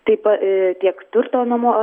taip pa tiek turto nuomo